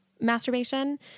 masturbation